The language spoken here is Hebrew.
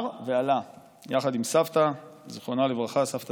ועלה יחד עם סבתא זימבול,